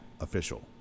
official